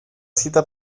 cita